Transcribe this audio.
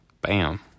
Bam